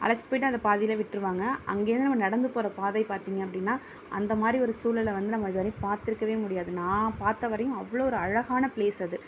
அழைச்சுட்டு போய்விட்டு அந்த பாதையில் விட்டுருவாங்க அங்கேருந்து நம்ம நடந்து போகிற பாதை பார்த்திங்க அப்படின்னா அந்தமாதிரி ஒரு சூழலில் வந்து நாங்கள் இது வரையும் பார்த்துருக்கவே முடியாது நான் பார்த்த வரையும் அவ்வளோ ஒரு அழகான ப்லேஸ் அது